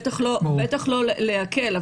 להחמיר, בטח לא להקל.